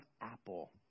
Apple